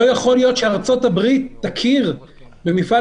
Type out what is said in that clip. לא יכול להיות שארצות הברית תכיר במפעל